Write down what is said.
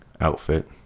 outfit